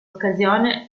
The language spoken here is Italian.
occasione